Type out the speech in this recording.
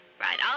right